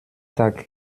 tag